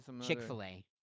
Chick-fil-A